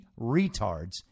retards